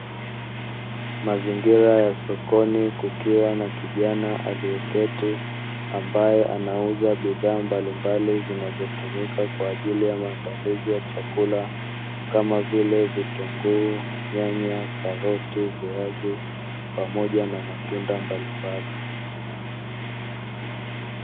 Mazingira ya sokoni kukiwa na kijana aliyeketi, ambaye anauza bidhaa mbalimbali zinazotumika kwa ajili ya maandalizi ya chakula. Kama vile:vitunguu, nyanya, karoti, viazi pamoja na matunda mbalimbali.